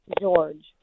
George